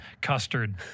custard